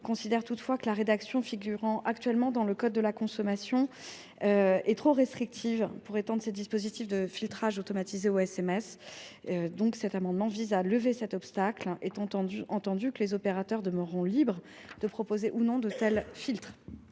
considèrent toutefois que la rédaction figurant actuellement dans le code de la consommation est trop restrictive pour étendre ces dispositifs de filtrage automatisé aux SMS. Il convient donc de lever cet obstacle, étant entendu que les opérateurs demeureront libres de proposer ou non de tels filtres.